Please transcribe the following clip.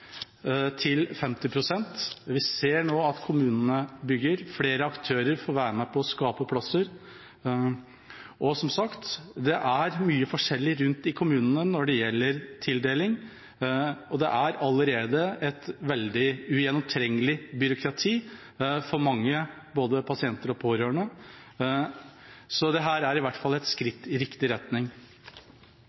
50 pst. Vi ser nå at kommunene bygger. Flere aktører får være med på å skape plasser. Som sagt: Det er mye forskjellig rundt i kommunene når det gjelder tildeling, og det er allerede et veldig ugjennomtrengelig byråkrati for mange, både pasienter og pårørende, så dette er i hvert fall et skritt i riktig retning.